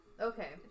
Okay